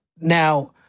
Now